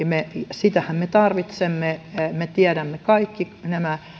sitähän me tarvitsemme me tiedämme kaikki nämä